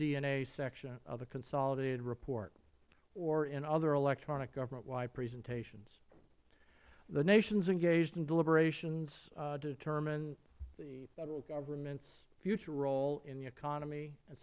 and a section of the consolidated report or in other electronic government wide presentations the nation is engaged in deliberations to determine the federal governments future role in the economy and